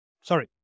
Sorry